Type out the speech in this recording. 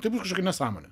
tai bus kažkokia nesąmonė